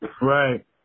Right